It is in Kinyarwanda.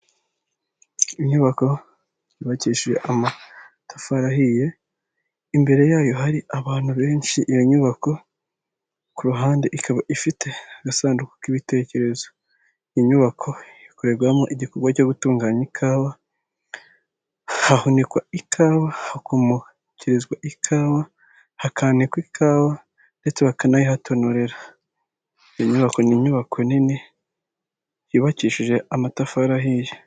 Inyubako yubakishiije amatafari ahiye, imbere yayo hari abantu benshi, iyo nyubako ku ruhande ikaba ifite agasanduku k'ibitekerezo, inyubako ikorerwamo igikorwa cyo gutunganya ikawa, hahunikwa ikawa, hakumukirizwa ikawa, hakanikwa ikawa, ndetse bakanayihatonorera. Iyo nyubako ni inyubako nini yubakishije amatafari ahiye.